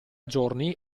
giorni